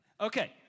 Okay